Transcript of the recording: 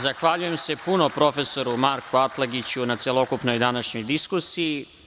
Zahvaljujem se puno profesoru Marku Atlagiću na celokupnoj današnjoj diskusiji.